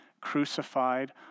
crucified